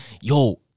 yo